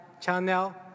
channel